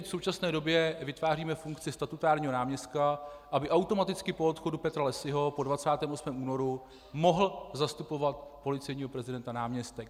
My v současné době vytváříme funkci statutárního náměstka, aby automaticky po odchodu Petra Lessyho po 28. únoru mohl zastupovat policejního prezidenta náměstek.